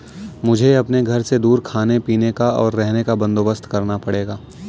मुझे अपने घर से दूर खाने पीने का, और रहने का बंदोबस्त करना पड़ेगा